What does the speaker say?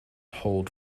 hold